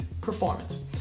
performance